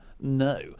no